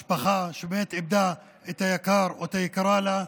משפחה שבאמת איבדה את היקר או את היקרה לה,